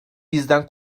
bizden